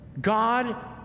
God